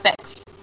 Fix